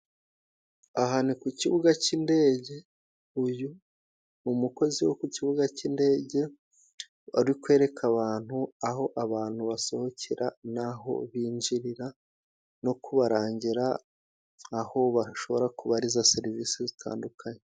Aha ni ku kibuga c'indege, uyu ni umukozi wo ku kibuga cy'indege ari kwereka abantu aho abantu basohokera n'aho binjirira, no kubarangira aho bashobora kubariza serivisi zitandukanye.